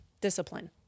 discipline